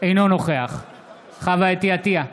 אינו נוכח חוה אתי עטייה,